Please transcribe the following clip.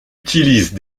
utilise